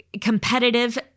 competitive